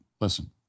Listen